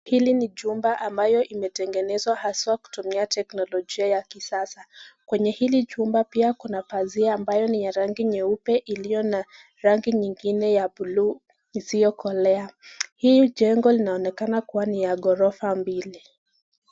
Hili ni jumba ambayo imetegenezwa haswa kutumia teknolojia ya kisasa. Kwenye hili jumba pia kuna pazia ambayo ni ya rangi nyeupe iliona rangi nyingine ya buluu isiokolea. Hii jengo linaonekana kuwa ni ya ghorofa mbili.